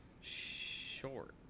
Short